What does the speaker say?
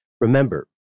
Remember